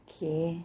K